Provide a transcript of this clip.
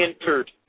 entered